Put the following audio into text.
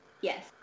Yes